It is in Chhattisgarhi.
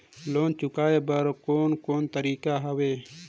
लोन चुकाए बर कोन कोन तरीका हवे?